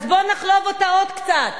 ----- אז בוא נחלוב אותה עוד קצת.